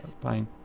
plane